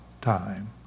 time